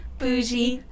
bougie